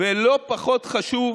ולא פחות חשוב